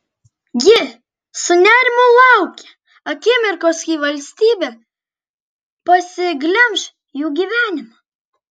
ji su nerimu laukė akimirkos kai valstybė pasiglemš jų gyvenimą